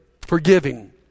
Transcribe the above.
Forgiving